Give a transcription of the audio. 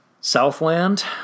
Southland